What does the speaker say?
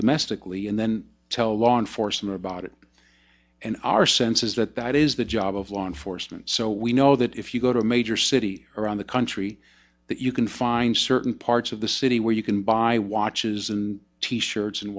domestically and then tell law enforcement about it and our sense is that that is the job of law enforcement so we know that if you go to a major city around the country that you can find certain parts of the city where you can buy watches and t shirts and